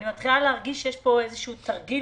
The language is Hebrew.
אני מתחילה להרגיש שיש כאן איזשהו תרגיל